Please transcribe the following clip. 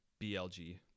BLG